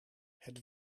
het